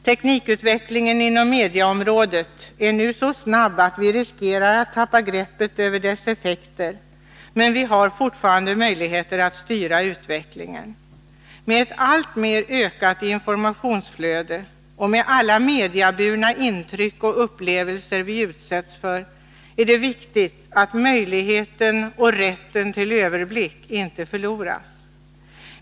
Teknikutvecklingen inom mediaområdet är nu så snabb att vi riskerar att tappa greppet på dess effekter. Men vi har fortfarande möjligheter att styra utvecklingen. Med ett alltmer ökat informationsflöde och med alla mediaburna intryck och upplevelser vi utsätts för är det viktigt att möjligheten och rätten till överblick inte förloras.